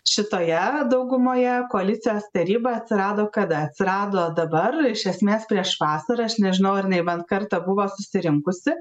šitoje daugumoje koalicijos taryba atsirado kada atsirado dabar iš esmės prieš vasarą aš nežinau ar jinai bent kartą buvo susirinkusi